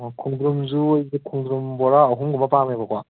ꯑꯣ ꯈꯣꯡꯗ꯭ꯔꯨꯝꯁꯨ ꯈꯣꯡꯗ꯭ꯔꯨꯝ ꯕꯣꯔꯥ ꯑꯍꯨꯝꯒꯨꯝꯕ ꯄꯥꯝꯃꯦꯕꯀꯣ